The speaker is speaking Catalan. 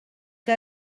que